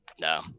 no